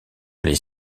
les